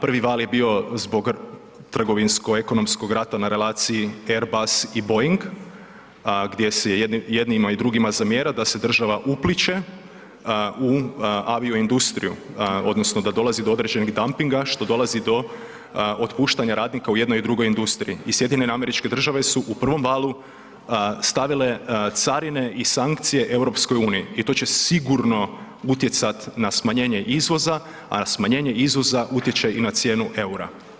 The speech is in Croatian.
Prvi val je bio zbog trgovinsko-ekonomskog rata na relaciji Airbus i Boeing, gdje se jednima i drugima zamjera da se država upliće u avioindustriju odnosno da dolazi do određenog dumpinga što dolazi do otpuštanja radnika u jednoj i drugoj industriji i SAD su u prvom valu stavile carine i sankcije EU i to će sigurno utjecati na smanjenje izvoza, a smanjenje izvoza utječe i na cijenu eura.